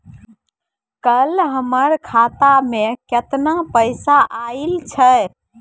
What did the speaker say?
कल हमर खाता मैं केतना पैसा आइल छै?